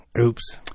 Oops